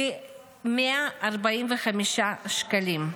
בכ-145 שקלים.